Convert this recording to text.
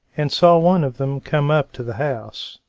and saw one of them come up to the house.